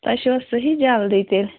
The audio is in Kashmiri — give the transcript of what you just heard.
تۄہہِ چھُوا صحیٖح جلدی تیٚلہِ